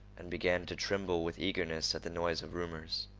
and began to tremble with eagerness at the noise of rumors.